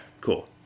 cool